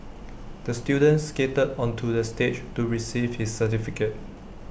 the student skated onto the stage to receive his certificate